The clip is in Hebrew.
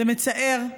זה מצער.